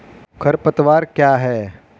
खरपतवार क्या है?